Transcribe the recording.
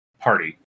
party